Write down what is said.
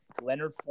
leonard